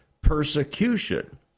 persecution